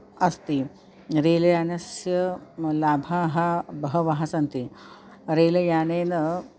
अस्ति रेलयानस्य लाभाः बहवः सन्ति रेलयानेन